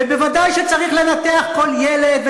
ודאי שצריך לנתח כל ילד,